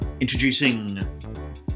Introducing